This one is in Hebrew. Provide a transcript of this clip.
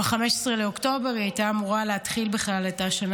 ב-15 באוקטובר היא הייתה אמורה להתחיל בכלל את השנה